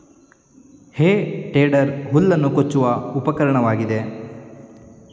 ಹೇ tedder ಹುಲ್ಲನ್ನು ಕೊಚ್ಚುವ ಉಪಕರಣವಾಗಿದೆ